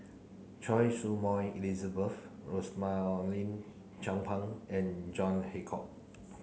Choy Su Moi Elizabeth Rosaline Chan Pang and John Hitchcock